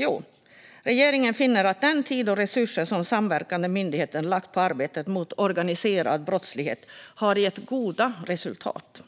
Jo, regeringen finner att den tid och de resurser som samverkande myndigheterna lagt på arbetet mot organiserad brottslighet har gett goda resultat.